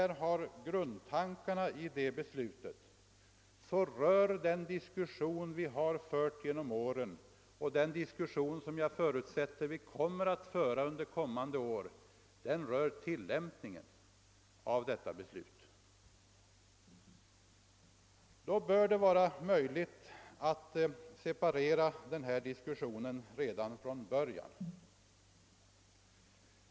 Den diskussion vi har fört genom åren och den diskussion som jag förutsätter att vi kommer att föra under kommande år rör tillämpningen av detta beslut. Det bör därför vara möjligt att dela upp diskussionen redan från början.